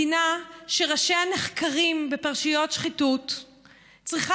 מדינה שראשיה נחקרים בפרשיות שחיתות צריכה